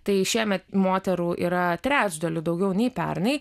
tai šiemet moterų yra trečdaliu daugiau nei pernai